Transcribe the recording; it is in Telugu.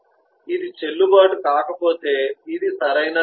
ఇది చెల్లుబాటు కాకపోతే ఇది సరైనది కాదు